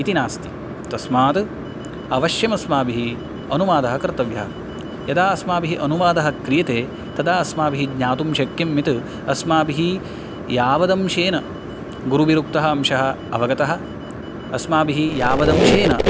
इति नास्ति तस्मात् अवश्यम् अस्माभिः अनुवादः कर्तव्यः यदा अस्माभिः अनुवादः क्रियते तदा अस्माभिः ज्ञातुं शक्यं यत् अस्माभिः यावदंशेन गुरुभिरुक्तः अंशः अवगतः अस्माभिः यावदंशेन